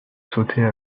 sauter